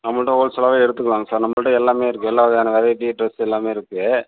நம்மகிட்ட ஹோல்சேலாகவே எடுத்துக்கலாங்க சார் நம்மள்ட எல்லாமே இருக்குது எல்லாம் வகையான வெரைட்டி டிரெஸ் எல்லாமே இருக்கும்